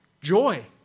Joy